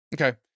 okay